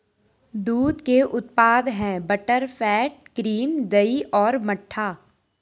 दूध के उत्पाद हैं बटरफैट, क्रीम, दही और मट्ठा